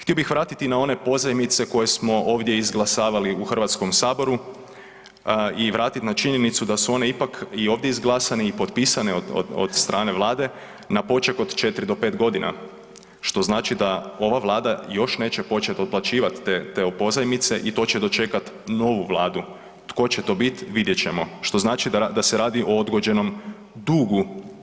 Htio bih vratiti na one pozajmice koje smo ovdje izglasavali u Hrvatskom saboru i vratiti na činjenicu da su one ipak i ovdje izglasane i potpisane od strane Vlade na poček od 4 do 5 godina što znači da ova Vlada još neće početi otplaćivati te pozajmice i to će dočekati novu vladu, tko će to biti vidjet ćemo, što znači da se radi o odgođenom dugu.